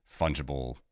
fungible